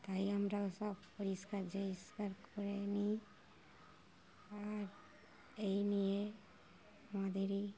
তাই আমরা ওসব পরিষ্কার জরিষ্কার করে নিই আর এই নিয়ে আমাদেরই